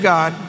God